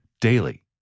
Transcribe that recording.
DAILY